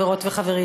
חברות וחברים.